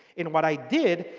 and what i did,